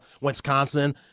Wisconsin